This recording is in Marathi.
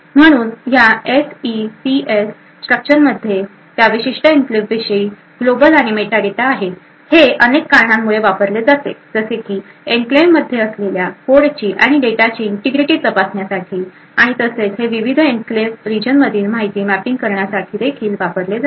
म्हणून या एसईसीएस स्ट्रक्चरमध्ये त्या विशिष्ट एन्क्लेव्ह विषयी ग्लोबल आणि मेटा डेटा आहे हे अनेक कारणांमुळे वापरले जाते जसे की एन्क्लेव्हमध्ये असलेल्या कोडची आणि डेटाची इंटिग्रिटी तपासण्यासाठी आणि तसेच हे विविध एन्क्लेव्ह रिजनमधील माहिती मॅपिंग करण्यासाठी देखील वापरले जाते